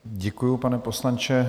Děkuji, pane poslanče.